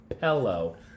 pillow